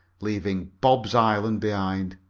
leaving bob's island behind.